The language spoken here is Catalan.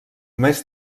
més